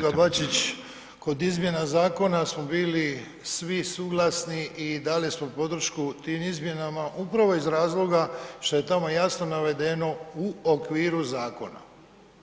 Kolega Bačić, kod izmjena zakona smo bili svi suglasni i dali smo podršku tim izmjenama upravo iz razloga što je tamo jasno navedeno „u okviru zakona“,